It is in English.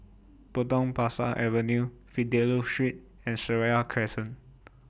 Potong Pasir Avenue Fidelio Street and Seraya Crescent